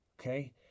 okay